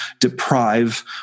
deprive